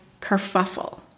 kerfuffle